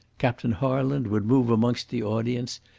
captain harland would move amongst the audience,